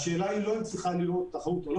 והשאלה היא לא אם צריכה להיות תחרות או לא